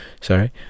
Sorry